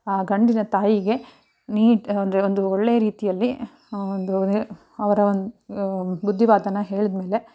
ಆ ಗಂಡಿನ ತಾಯಿಗೆ ನೀ ಅಂದರೆ ಒಂದು ಒಳ್ಳೆಯ ರೀತಿಯಲ್ಲಿ ಒಂದು ನೀ ಅವರ ಒಂದು ಬುದ್ಧಿವಾದ ಹೇಳಿದಮೇಲೆ